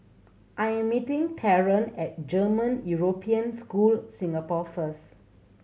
I am meeting Theron at German European School Singapore first